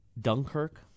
Dunkirk